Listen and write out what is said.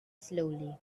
slowly